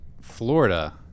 Florida